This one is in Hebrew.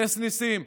ניסי-ניסים.